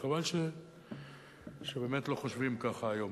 וחבל שבאמת לא חושבים ככה היום,